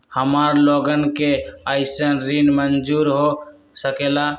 हमार लोगन के कइसन ऋण मंजूर हो सकेला?